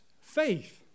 faith